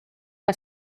que